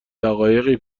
دقایقی